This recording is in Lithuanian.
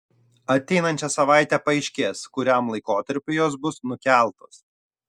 ateinančią savaitę paaiškės kuriam laikotarpiui jos bus nukeltos